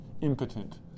impotent